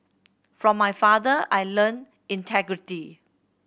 from my father I learnt integrity